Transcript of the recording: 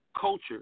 culture